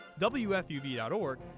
wfuv.org